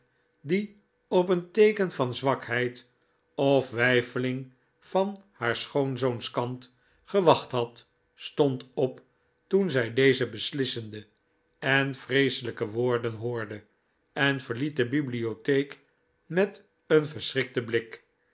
die op een teeken van zwakheid of weifeling van haar schoonzoons kant gewacht had stond op toen zij deze beslissende en vreeselijke woorden hoorde en verliet de bibliotheek met een verschrikten blik